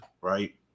right